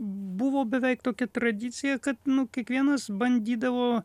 buvo beveik tokia tradicija kad kiekvienas bandydavo